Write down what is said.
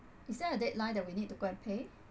is there a deadline that we need to go and pay